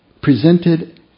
presented